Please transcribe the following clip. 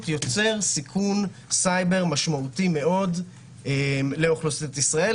יוצרת סיכון סייבר משמעותי מאוד לאוכלוסיית ישראל.